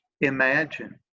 imagine